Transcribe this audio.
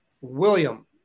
William